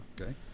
Okay